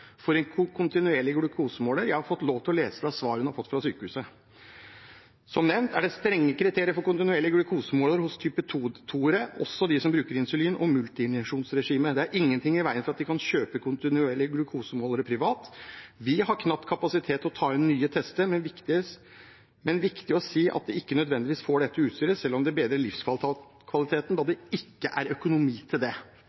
for en kontinuerlig glukosemåler. Jeg har fått lov til å lese fra svaret hun har fått fra sykehuset: Som nevnt er det strenge kriterier for kontinuerlig glukosemåler hos type 2-ere, også de som bruker insulin og multiinjeksjonsregime. Det er ingenting i veien for at de kan kjøpe kontinuerlig glukosemåler privat. Vi har knapt kapasitet til å ta inn nye tester, men det er viktig å si at de ikke nødvendigvis får dette utstyret, selv om det bedrer livskvaliteten, da